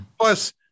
plus